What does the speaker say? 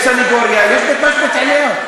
אוסאמה, תקשיב, יש סנגוריה, יש בית-משפט עליון.